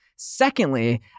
Secondly